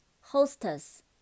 Hostess